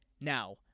Now